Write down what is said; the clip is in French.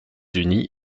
unis